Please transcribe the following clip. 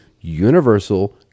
universal